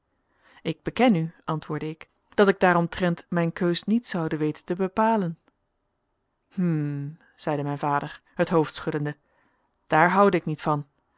ik beken u antwoordde ik dat ik daaromtrent mijn keus niet zoude weten te bepalen hm zeide mijn vader het hoofd schuddende daar houde ik niet van